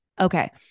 Okay